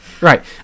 Right